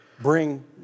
bring